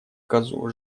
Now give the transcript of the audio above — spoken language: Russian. козу